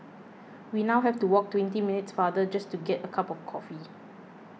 we now have to walk twenty minutes farther just to get a cup of coffee